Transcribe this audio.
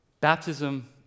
baptism